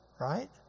right